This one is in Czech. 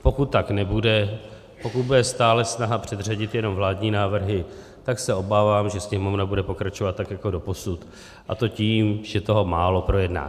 Pokud tak nebude, pokud bude stále snaha předřadit jenom vládní návrhy, tak se obávám, že Sněmovna bude pokračovat tak jako doposud, a to tím, že toho málo projedná.